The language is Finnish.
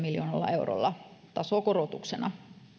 eurolla tasokorotuksena